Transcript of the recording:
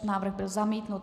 Návrh byl zamítnut.